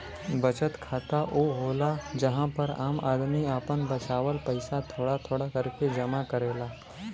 बचत खाता ऊ होला जहां पर आम आदमी आपन बचावल पइसा थोड़ा थोड़ा करके जमा करेला